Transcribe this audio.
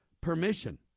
permission